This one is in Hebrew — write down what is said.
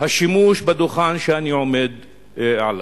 השימוש בדוכן שאני עומד עליו.